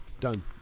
Done